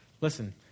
Listen